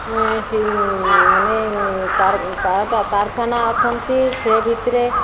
ସେ ମାନେ କାରଖାନା ଅଛନ୍ତି ସେ ଭିତରେ